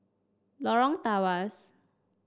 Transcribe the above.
Lorong Tawas